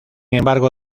embargo